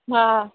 हा